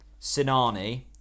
Sinani